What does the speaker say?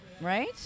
Right